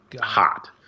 hot